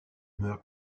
meurt